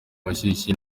bushyuhe